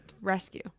rescue